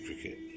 cricket